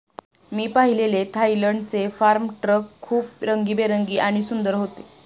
मी पाहिलेले थायलंडचे farm truck खूप रंगीबेरंगी आणि सुंदर होते